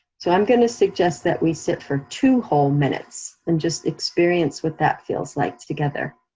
so i'm gonna suggest that we sit for two whole minutes, and just experience what that feels like together.